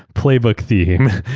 playbook theme,